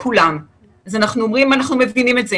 ביותר בכל הארץ כי אנחנו במצב עם תחלואה